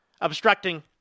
obstructing